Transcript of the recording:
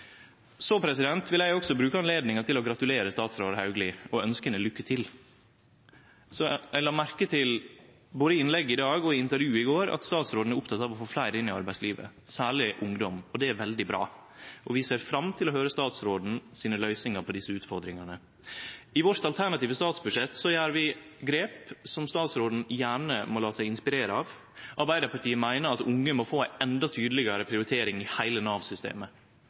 Så vil eg òg bruke anledninga til å gratulere statsråd Hauglie og ønskje henne lykke til. Eg la merke til, både i innlegget i dag og i intervjuet i går, at statsråden er oppteken av å få fleire inn i arbeidslivet, særleg ungdom. Det er veldig bra, og vi ser fram til høyre statsråden sine løysingar på desse utfordringane. I vårt alternative statsbudsjett gjer vi grep som statsråden gjerne må la seg inspirere av. Arbeidarpartiet meiner at unge må få ei endå tydelegare prioritering i heile